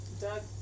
Doug